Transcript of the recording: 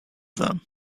them